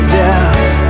death